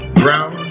brown